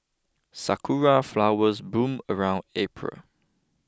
sakura flowers bloom around April